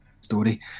story